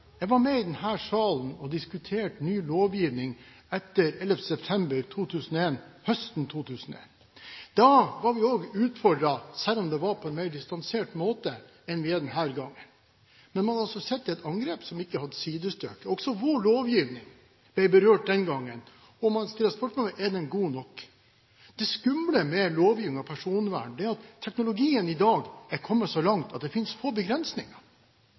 Jeg var i denne salen da vi høsten 2001 diskuterte ny lovgivning etter 11. september 2001. Da ble vi også utfordret, selv om det var på en mer distansert måte enn denne gangen, med et angrep uten sidestykke. Også vår lovgivning ble berørt den gangen – og man kan stille spørsmålet: Er den god nok? Det skumle med lovgivningen om personvern er at teknologien i dag er kommet så langt at det finnes få begrensninger.